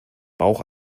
bauch